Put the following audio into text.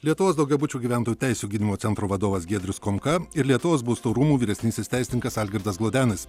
lietuvos daugiabučių gyventojų teisių gynimo centro vadovas giedrius komka ir lietuvos būsto rūmų vyresnysis teisininkas algirdas glodenis